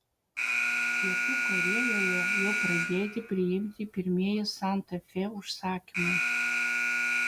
pietų korėjoje jau pradėti priimti pirmieji santa fe užsakymai